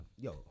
Yo